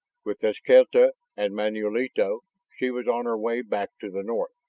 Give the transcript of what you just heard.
with eskelta and manulito she was on her way back to the north.